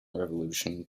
revolution